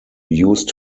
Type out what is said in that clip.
used